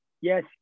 yes